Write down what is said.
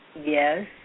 Yes